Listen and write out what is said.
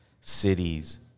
cities